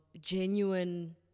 genuine